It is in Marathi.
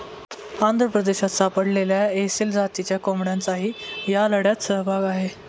आंध्र प्रदेशात सापडलेल्या एसील जातीच्या कोंबड्यांचाही या लढ्यात सहभाग आहे